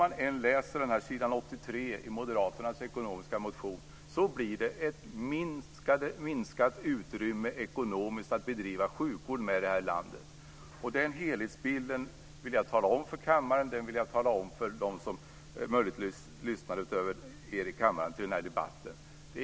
Hur man än läser s. 83 i moderaternas ekonomiska motion blir det ett minskat ekonomiskt utrymme för att bedriva sjukvård. Den helhetsbilden vill jag delge kammaren och dem som möjligtvis lyssnar till den här debatten.